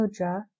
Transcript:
mudra